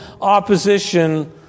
opposition